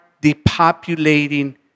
Depopulating